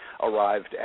arrived